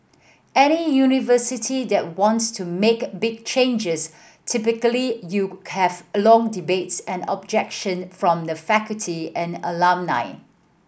any university that wants to make big changes typically you have long debates and objection from the faculty and alumni